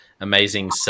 amazing